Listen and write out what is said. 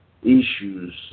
issues